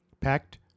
Packed